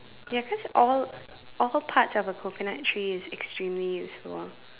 ya cause all all parts of a coconut tree is extremely useful